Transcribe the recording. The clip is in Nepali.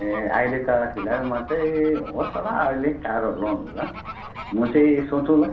ए अहिले त फिलहाल म चाहिँ होस् होला अहिले कारहरू लोनहरू म चाहिँ सोचौँला